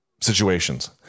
situations